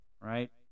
Right